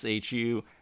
SHU